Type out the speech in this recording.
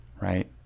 right